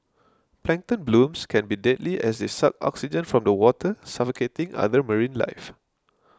plankton blooms can be deadly as they suck oxygen from the water suffocating other marine life